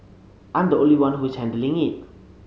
I'm the only one who is handling it